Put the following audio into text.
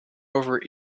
over